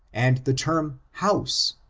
and the term house.